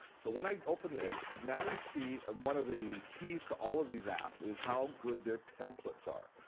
so when i open this, now we see one of the keys to all of these apps is how good their templates are.